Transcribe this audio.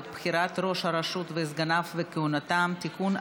(בחירות ראש הרשות וסגניו וכהונתם) (תיקון,